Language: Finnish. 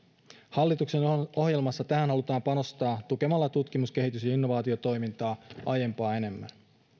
hallituksen ohjelmassa tähän halutaan panostaa tukemalla tutkimus kehitys ja innovaatiotoimintaa aiempaa enemmän